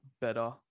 better